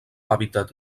hàbitat